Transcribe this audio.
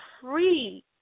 free